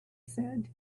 said